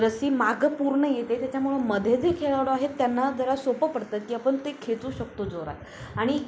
रस्सी मागं पूर्ण येते त्याच्यामुळं मध्ये जे खेळाडू आहेत त्यांना जरा सोपं पडतात की आपण ते खेचू शकतो जोरात आणि